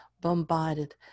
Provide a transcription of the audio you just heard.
bombarded